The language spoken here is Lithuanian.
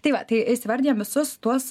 tai va tai įsivardijam visus tuos